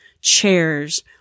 chairs